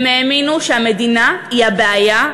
הם האמינו שהמדינה היא הבעיה,